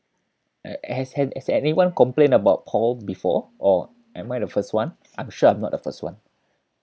a~ has has anyone complained about paul before or am I the first one I'm sure I'm not the first one